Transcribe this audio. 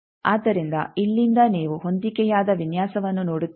ಆದ್ದರಿಂದ ಇಲ್ಲಿಂದ ನೀವು ಹೊಂದಿಕೆಯಾದ ವಿನ್ಯಾಸವನ್ನು ನೋಡುತ್ತೀರಿ